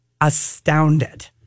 astounded